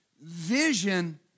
Vision